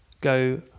go